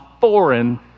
foreign